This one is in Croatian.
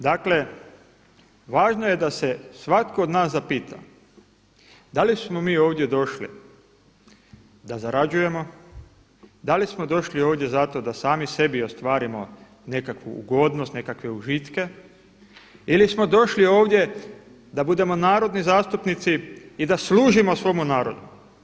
Dakle, važno je da se svatko od nas zapita da li smo mi ovdje došli da zarađujemo, da li smo došli ovdje zato da sami sebi ostvarimo nekakvu ugodnost, nekakve užitke ili smo došli ovdje da budemo narodni zastupnici i da služimo svome narodu.